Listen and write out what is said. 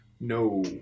No